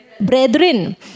Brethren